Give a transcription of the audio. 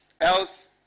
Else